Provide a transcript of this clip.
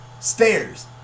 stairs